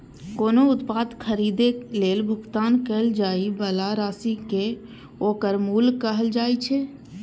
कोनो उत्पाद खरीदै लेल भुगतान कैल जाइ बला राशि कें ओकर मूल्य कहल जाइ छै